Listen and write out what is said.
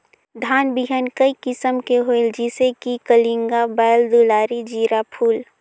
धान बिहान कई किसम के होयल जिसे कि कलिंगा, बाएल दुलारी, जीराफुल?